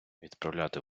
відправляти